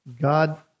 God